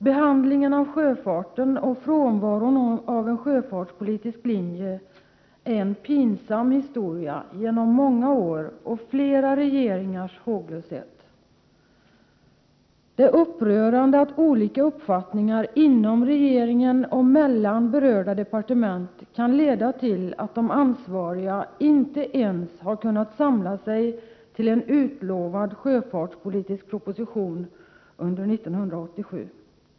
Behandlingen av sjöfarten och frånvaron av en sjöfartspolitisk linje är en pinsam historia genom många år och har präglats av flera regeringars håglöshet. Det är upprörande att olika uppfattningar inom regeringen och mellan berörda departement kan leda till att de ansvariga inte ens har kunnat samla sig till en utlovad sjöfartspolitisk proposition under 1987.